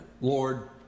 Lord